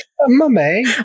Mummy